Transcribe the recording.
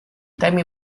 temi